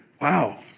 wow